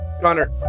Connor